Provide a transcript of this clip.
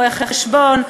רואי-חשבון,